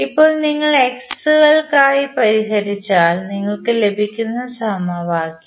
ഇപ്പോൾ നിങ്ങൾ X കൾക്കായി പരിഹരിച്ചാൽ നിങ്ങൾക്ക് ലഭിക്കുന്ന സമവാക്യം